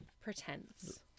pretense